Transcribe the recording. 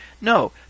No